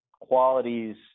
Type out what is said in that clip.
qualities